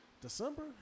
December